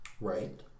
Right